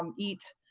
um eat.